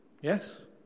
Yes